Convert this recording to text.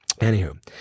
Anywho